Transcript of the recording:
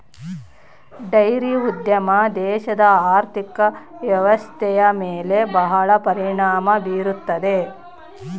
dairy ಉದ್ಯಮ ದೇಶದ ಆರ್ಥಿಕ ವ್ವ್ಯವಸ್ಥೆಯ ಮೇಲೆ ಬಹಳ ಪರಿಣಾಮ ಬೀರುತ್ತದೆ